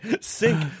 sink